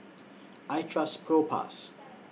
I Trust Propass